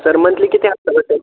sir monthly किती हप्ता बसेल